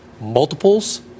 multiples